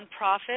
nonprofit